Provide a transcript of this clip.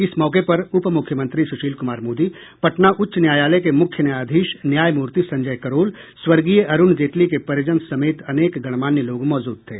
इस मौके पर उप मुख्यमंत्री सुशील कुमार मोदी पटना उच्च न्यायालय के मुख्य न्यायाधीश न्यायमूर्ति संजय करोल स्वर्गीय अरूण जेटली के परिजन समेत अनेक गणमान्य लोग मौजूद थे